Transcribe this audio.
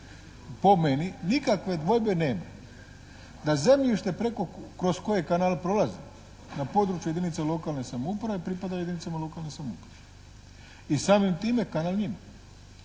Po meni nikakve dvojbe nema da zemljište preko, kroz koje kanal prolazi na području jedinica lokalne samouprave pripada jedinicama lokalne samouprave. I samim time kanal njima.